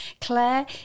Claire